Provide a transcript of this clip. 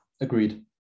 Agreed